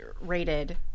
rated